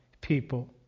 people